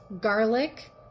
garlic